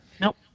Nope